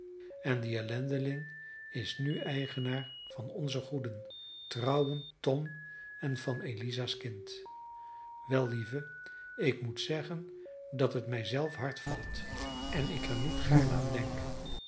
en die ellendeling is nu eigenaar van onzen goeden trouwen tom en van eliza's kind wel lieve ik moet zeggen dat het mij zelf hard valt en ik er niet gaarne aan denk